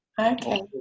Okay